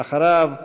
אחריו,